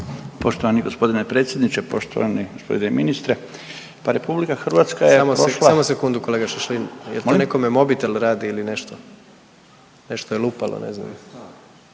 Poštovani gospodine predsjedniče, poštovani gospodine ministre, pa RH je … **Jandroković, Gordan (HDZ)** Samo sekundu kolega Šašlin, jel to nekome mobitel radili ili nešto, nešto je lupalo, ne znam.